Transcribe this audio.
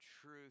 truth